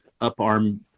uparm